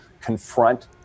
confront